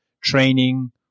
training